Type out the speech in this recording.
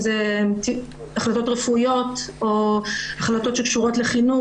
אם זה החלטות רפואיות או החלטות שקשורות לחינוך